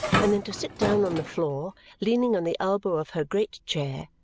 and then to sit down on the floor, leaning on the elbow of her great chair,